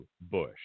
Bush